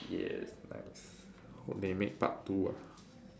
yes nice hope they make part two ah